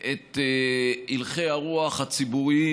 את הלכי הרוח הציבוריים,